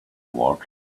wardrobe